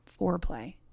foreplay